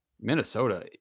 Minnesota